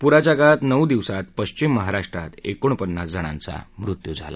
पुराच्या काळात नऊ दिवसात पश्विम महाराष्ट्रात एकोणपन्नास जणांचा मृत्यू झाला